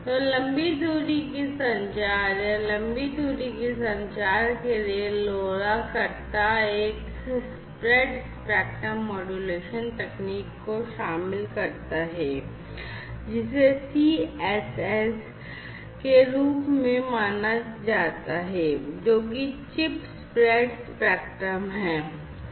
तो लंबी दूरी की संचार या लंबी दूरी की संचार के लिए LoRa करता एक स्प्रेड स्पेक्ट्रम मॉड्यूलेशन तकनीक को शामिल करता है जिसे CSS के रूप में जाना जाता है जो कि चिप स्प्रेड स्पेक्ट्रम है